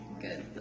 good